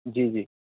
جی جی